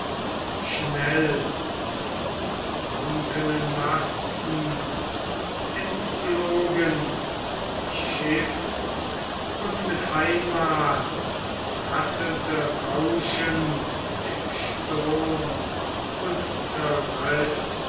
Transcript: schnell mit gesunkenen masten entflogen die schiff und mit einmal rasselte rauschend der sturm und zerriß